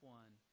one